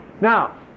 Now